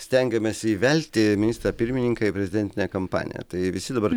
stengiamės įvelti ministrą pirmininką į prezidentinę kampaniją tai visi dabar